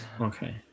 Okay